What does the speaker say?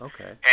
Okay